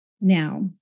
Now